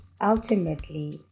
ultimately